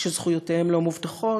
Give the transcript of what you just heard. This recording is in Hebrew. וזכויותיהם לא מובטחות,